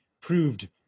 proved